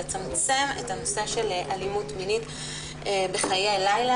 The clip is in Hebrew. לצמצם את הנושא של אלימות מינית בחיי הלילה